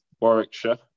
Warwickshire